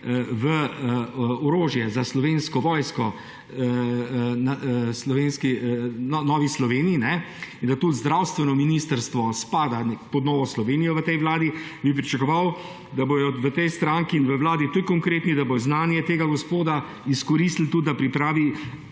v orožje za Slovensko vojsko, in da tudi zdravstveno ministrstvo spada pod Novo Slovenijo v tej vladi, bi pričakoval, da bojo v tej stranki in v vladi toliko konkretni, da bojo znanje tega gospoda tudi izkoristili, da pripravi